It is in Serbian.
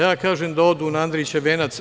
Ja kažem da odu na Andrićev venac.